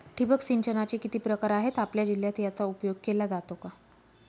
ठिबक सिंचनाचे किती प्रकार आहेत? आपल्या जिल्ह्यात याचा उपयोग केला जातो का?